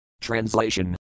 Translation